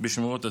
בשמורות הטבע.